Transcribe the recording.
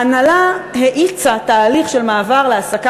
ההנהלה האיצה תהליך של מעבר להעסקה